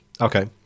Okay